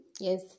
Yes